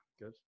good